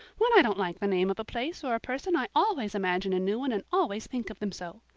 when i don't like the name of a place or a person i always imagine a new one and always think of them so.